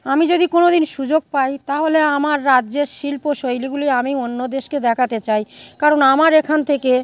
আমি যদি কোনো দিন সুযোগ পাই তাহলে আমার রাজ্যের শিল্পশৈলীগুলি আমি অন্য দেশকে দেখাতে চাই কারণ আমার এখান থেকে